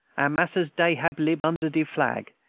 our mas'rs dey hab lib under de flag,